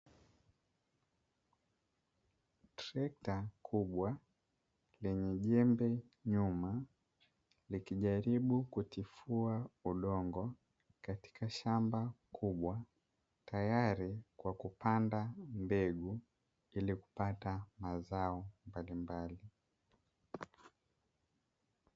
Trekta kubwa lenye jembe nyuma, likijaribu kutifua udongo katika shamba kubwa, tayari kwa kupanda mbegu ili kupata mazao mbalimbali.